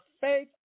faith